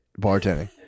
bartending